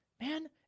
man